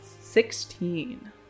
Sixteen